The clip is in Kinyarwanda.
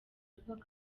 avuga